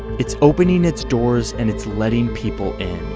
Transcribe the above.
it's opening its doors and it's letting people in.